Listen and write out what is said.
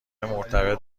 مرتبط